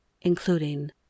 including